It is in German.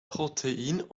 protein